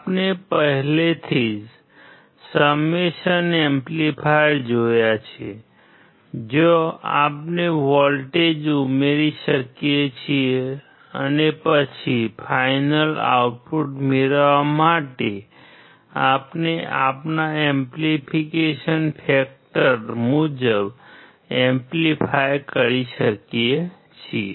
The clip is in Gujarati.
આપણે પહેલાથી જ સમેશન એમ્પ્લીફાયર જોયા છે જ્યાં આપણે વોલ્ટેજ ઉમેરી શકીએ છીએ અને પછી ફાઈનલ આઉટપુટ મેળવવા માટે આપણે આપણા એમ્પ્લીફિકેશન ફેક્ટર મુજબ એમ્પ્લીફાય કરી શકીએ છીએ